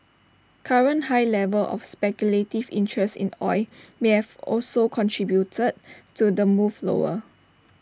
current high levels of speculative interest in oil may have also contributed to the move lower